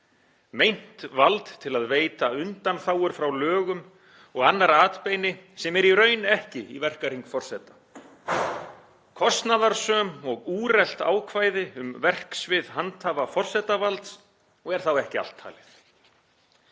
meint vald til að veita undanþágur frá lögum og annar atbeini sem er í raun ekki í verkahring forseta, kostnaðarsöm og úrelt ákvæði um verksvið handhafa forsetavalds og er þá ekki allt talið.